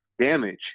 damage